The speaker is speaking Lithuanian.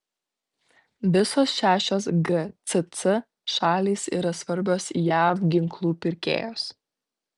visos šešios gcc šalys yra svarbios jav ginklų pirkėjos